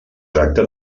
tracta